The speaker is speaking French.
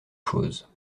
chose